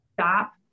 stop